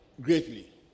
Greatly